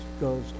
goes